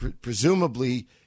presumably